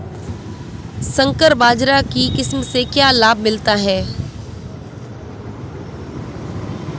संकर बाजरा की किस्म से क्या लाभ मिलता है?